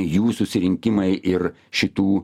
jų susirinkimai ir šitų